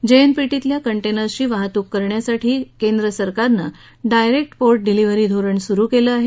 जेएनपीटीतल्या कंटेनर्सची वाहतूक करण्यासाठी केंद्र सरकारनं डायरेक्ट पोर्ट डिलिव्हरी धोरण सुरू केलं आहे